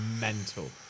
mental